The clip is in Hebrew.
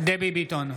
דבי ביטון,